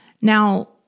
Now